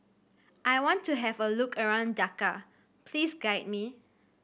I want to have a look around Dhaka please guide me